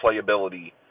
playability